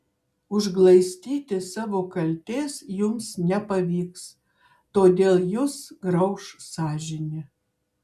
užglaistyti savo kaltės jums nepavyks todėl jus grauš sąžinė